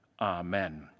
Amen